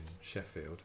Sheffield